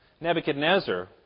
Nebuchadnezzar